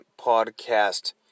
podcast